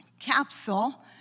capsule